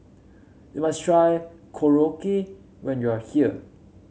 you must try Korokke when you are here